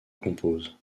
composent